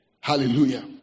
Hallelujah